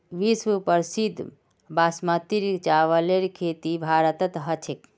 विश्व प्रसिद्ध बासमतीर चावलेर खेती भारतत ह छेक